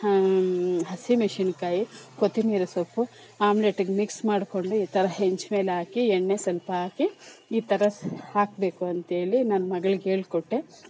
ಹಸಿ ಮೆಣ್ಸಿನ್ಕಾಯಿ ಕೊತ್ತಂಬರಿ ಸೊಪ್ಪು ಆಮ್ಲೆಟಿಗೆ ಮಿಕ್ಸ್ ಮಾಡಿಕೊಂಡು ಈ ಥರ ಹೆಂಚು ಮೇಲೆ ಹಾಕಿ ಎಣ್ಣೆ ಸ್ವಲ್ಪ ಹಾಕಿ ಈ ಥರ ಹಾಕಬೇಕು ಅಂಥೇಳಿ ನನ್ನ ಮಗ್ಳಿಗೆ ಹೇಳಿಕೊಟ್ಟೆ